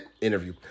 interview